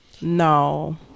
no